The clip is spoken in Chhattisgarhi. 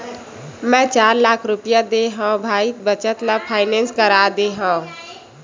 मै चार लाख रुपया देय हव भाई बचत ल फायनेंस करा दे हँव